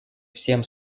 всем